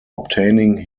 obtaining